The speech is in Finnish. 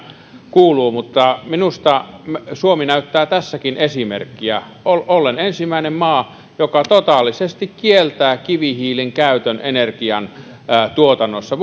kuuluu ei ole paikalla mutta minusta suomi näyttää tässäkin esimerkkiä ollen ensimmäinen maa joka totaalisesti kieltää kivihiilen käytön energiantuotannossa